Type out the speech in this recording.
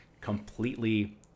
completely